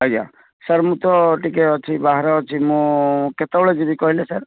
ଆଜ୍ଞା ସାର ମୁଁ ତ ଟିକେ ଅଛି ବାହାରେ ଅଛି ମୁଁ କେତେବେଳେ ଯିବି କହିଲେ ସାର